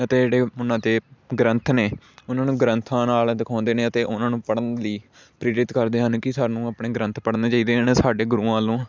ਅਤੇ ਜਿਹੜੇ ਉਨ੍ਹਾਂ ਦੇ ਗ੍ਰੰਥ ਨੇ ਉਨ੍ਹਾਂ ਨੂੰ ਗ੍ਰੰਥਾਂ ਨਾਲ ਦਿਖਾਉਂਦੇ ਨੇ ਅਤੇ ਉਨ੍ਹਾਂ ਨੂੰ ਪੜ੍ਹਨ ਲਈ ਪ੍ਰੇਰਿਤ ਕਰਦੇ ਹਨ ਕਿ ਸਾਨੂੰ ਆਪਣੇ ਗ੍ਰੰਥ ਪੜ੍ਹਨੇ ਚਾਹੀਦੇ ਹਨ ਸਾਡੇ ਗੁਰੂਆਂ ਨੂੰ